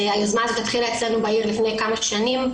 היוזמה הזאת התחילה אצלנו בעיר לפני כמה שנים.